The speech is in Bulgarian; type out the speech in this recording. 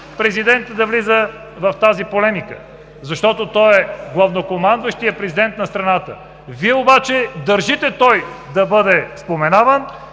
президентът да влиза в тази полемика, защото той е главнокомандващият президент на страната. Вие обаче държите той да бъде споменаван,